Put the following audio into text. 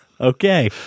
Okay